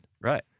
right